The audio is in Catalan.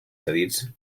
cedits